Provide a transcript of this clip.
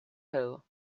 hill